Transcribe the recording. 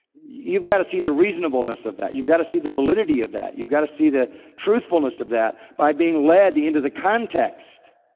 you've got to see the reasonableness of that. you've got to see the validity of that. you've got to see the truthfulness of that by being led into the context.